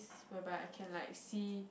whereby I can like see